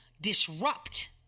disrupt